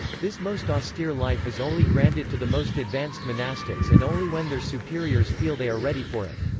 this most austere life is only granted to the most advanced monastics and only when their superiors feel they are ready for it.